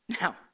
Now